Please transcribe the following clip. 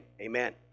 Amen